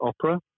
opera